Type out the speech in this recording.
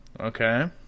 Okay